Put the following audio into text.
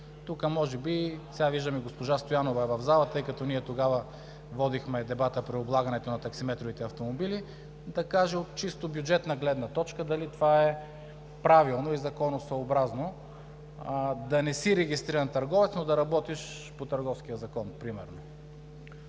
търговец? Сега виждам, че и госпожа Стоянова е в залата. Тъй като ние тогава водихме дебата, при облагането на таксиметровите автомобили, може би тук да каже от чисто бюджетна гледна точка дали това е правилно и законосъобразно – да не си регистриран търговец, но да работиш примерно по Търговския закон? Колеги